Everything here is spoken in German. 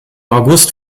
august